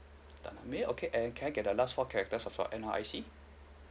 uh may you okay eh can I get the last four characters of your N_R_I_C